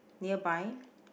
nearby